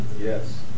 Yes